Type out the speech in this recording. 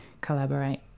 collaborate